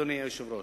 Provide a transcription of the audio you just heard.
אדוני היושב-ראש,